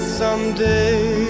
someday